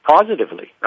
positively